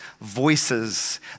voices